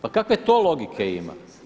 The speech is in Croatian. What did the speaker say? Pa kakve to logike ima.